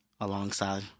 alongside